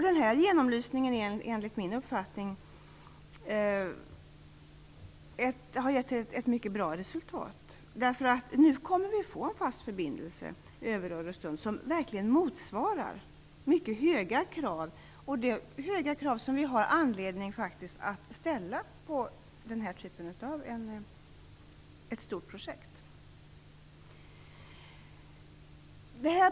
Denna genomlysning har enligt min uppfattning givit ett mycket bra resultat. Vi kommer nu att få en fast förbindelse över Öresund som verkligen motsvarar mycket höga krav. Vi har också anledning att ställa sådana höga krav på denna typ av stora projekt.